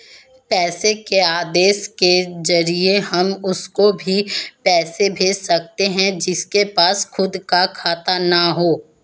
पैसे के आदेश के जरिए हम उसको भी पैसे भेज सकते है जिसके पास खुद का खाता ना हो